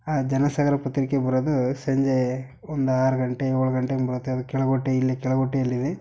ಆ ಜನಸಾಗರ ಪತ್ರಿಕೆ ಬರೋದು ಸಂಜೆ ಒಂದು ಆರು ಗಂಟೆ ಏಳು ಗಂಟೆ ಹಂಗ್ ಬರುತ್ತೆ ಇಲ್ಲಿ